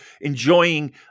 enjoying